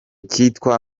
cyitwa